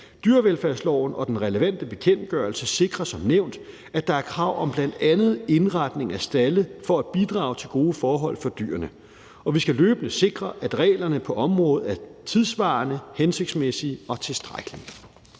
Dyrevelfærdsloven og den relevante bekendtgørelse sikrer som nævnt, at der er krav om bl.a. indretning af stalde for at bidrage til gode forhold for dyrene. Og vi skal løbende sikre, at reglerne på området er tidssvarende, hensigtsmæssige og tilstrækkelige.